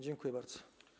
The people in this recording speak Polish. Dziękuję bardzo.